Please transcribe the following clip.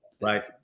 Right